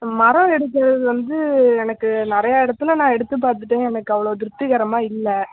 மரம் எடுக்கிறது வந்து எனக்கு நிறையா இடத்துல நான் எடுத்து பார்த்துட்டேங்க எனக்கு அவ்வளோ திருப்திகரமாக இல்லை